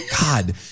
God